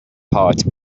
heart